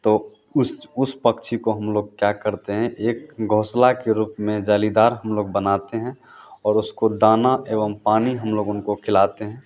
तो उस उस पक्षी को हम लोग क्या करते हैं एक घोंसले के रूप में जालीदार हम लोग बनाते हैं और उसको दाना एवं पानी हम लोग उनको खिलाते हैं